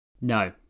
No